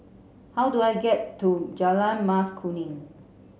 how do I get to Jalan Mas Kuning